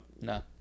No